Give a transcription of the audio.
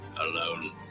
alone